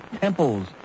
temples